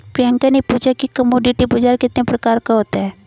प्रियंका ने पूछा कि कमोडिटी बाजार कितने प्रकार का होता है?